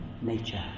nature